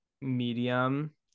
medium